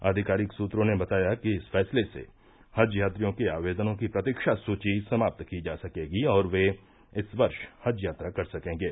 आधिकारिक सूत्रों ने बताया कि इस फैंसले से हज यात्रियों के आवेदनों की प्रतीक्षा सूची समाप्त की जा सकेगी और वे इस वर्ष हज यात्रा कर सकेंगे